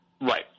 Right